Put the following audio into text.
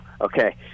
okay